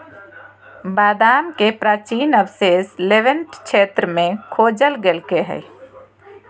बादाम के प्राचीन अवशेष लेवेंट क्षेत्र में खोजल गैल्के हइ